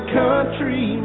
country